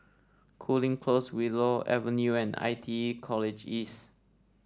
Cooling Close Willow Avenue and I T E College East